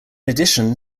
addition